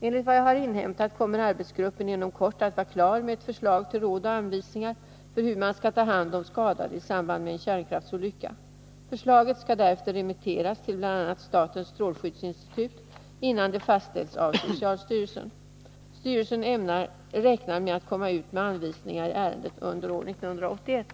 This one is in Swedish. Enligt vad jag har inhämtat kommer arbetsgruppen inom kort att vara klar med ett förslag till råd och anvisningar för hur man skall ta hand om skadade i samband med en kärnkraftsolycka. Förslaget skall därefter remitteras till bl.a. statens strålskyddsinstitut, innan det fastställs av socialstyrelsen. Styrelsen räknar med att komma ut med anvisningar i ärendet under år 1981.